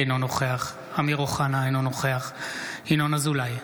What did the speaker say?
אינו נוכח אמיר אוחנה, אינו נוכח ינון אזולאי,